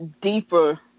deeper